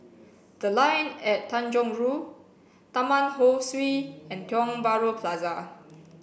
the line at Tanjong Rhu Taman Ho Swee and Tiong Bahru Plaza